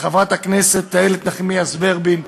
לחברת הכנסת איילת נחמיאס ורבין,